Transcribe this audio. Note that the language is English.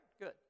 good